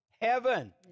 heaven